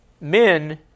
men